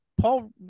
Paul